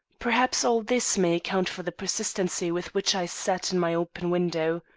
perhaps all this may account for the persistency with which i sat in my open window.